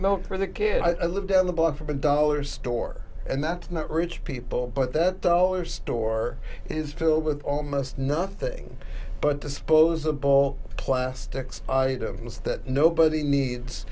milk for the kids i live down the block from a dollar store and that's not rich people but that dollar store is filled with almost nothing but disposable plastics that nobody needs